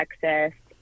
Texas